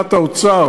בהסכמת האוצר